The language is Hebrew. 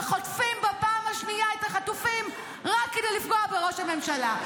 וחוטפים בפעם השנייה את החטופים רק כדי לפגוע בראש הממשלה?